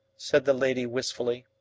said the lady wistfully.